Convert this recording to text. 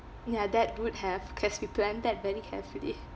ya that would have cause we planned that very carefully